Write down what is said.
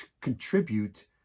contribute